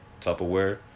tupperware